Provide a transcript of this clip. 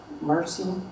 mercy